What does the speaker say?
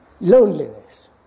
loneliness